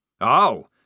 Oh